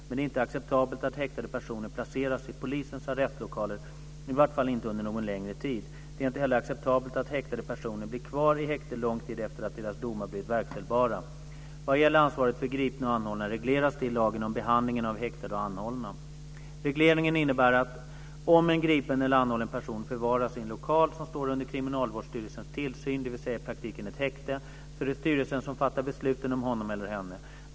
Men det är inte acceptabelt att häktade personer placeras i polisens arrestlokaler, i varje fall inte under någon längre tid. Det är inte heller acceptabelt att häktade personer blir kvar i häkte lång tid efter det att deras domar blivit verkställbara. Vad gäller ansvaret för gripna och anhållna regleras det i lagen om behandlingen av häktade och anhållna. Regleringen innebär att om en gripen eller anhållen person förvaras i en lokal som står under Kriminalvårdsstyrelsens tillsyn, dvs. i praktiken ett häkte, så är det styrelsen som fattar besluten om honom eller henne.